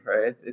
right